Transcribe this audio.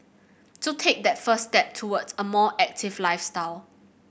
so take that first step towards a more active lifestyle